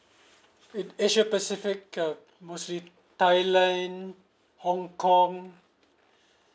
with asia pacific uh mostly thailand hong kong